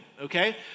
okay